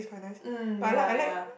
mm ya ya